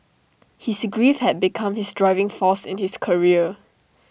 his grief had become his driving force in his career